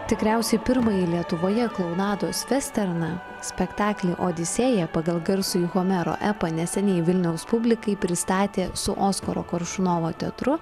tikriausiai pirmąjį lietuvoje klounados vesterną spektaklį odisėją pagal garsųjį homero epą neseniai vilniaus publikai pristatė su oskaro koršunovo teatru